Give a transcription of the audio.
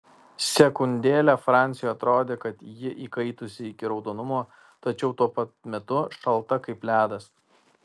sekundėlę franciui atrodė kad ji įkaitusi iki raudonumo tačiau tuo pat metu šalta kaip ledas